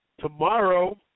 Tomorrow